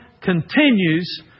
continues